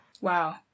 Wow